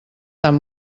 tan